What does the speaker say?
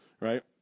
right